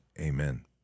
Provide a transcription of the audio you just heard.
amen